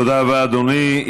תודה רבה, אדוני.